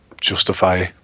justify